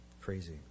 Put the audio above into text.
Crazy